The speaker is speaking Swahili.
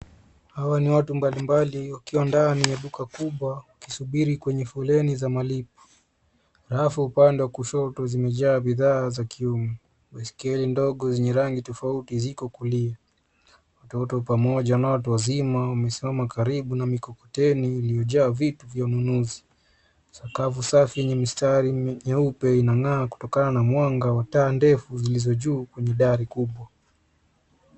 Hawa ni watu mbalimbali, wakiwemo wale waliokuja kwa magari, wakisubiri kwenye foleni za malipo. Rafu upande wa kushoto zimejaa bidhaa za matumizi ya nyumbani. Meskeli ndogo za rangi tofauti ziko kulia. Watoto pamoja na watu wazima wamesimama karibu na mikokoteni, zikiwa na vitu walivyonunua. Sakafu safi yenye mistari imepakwa rangi nyeupe, iking’aa kwa mwanga wa taa ndefu zilizowekwa juu kwenye dari kubwa.